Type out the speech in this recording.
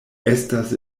estas